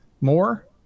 more